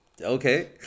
okay